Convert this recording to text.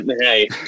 hey